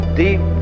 deep